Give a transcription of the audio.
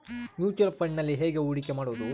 Mutual ಫುಣ್ಡ್ನಲ್ಲಿ ಹೇಗೆ ಹೂಡಿಕೆ ಮಾಡುವುದು?